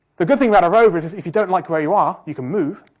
the good thing about a rover is, if you don't like where you are, you can move,